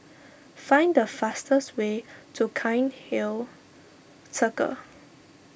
find the fastest way to Cairnhill Circle